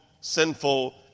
sinful